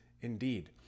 Indeed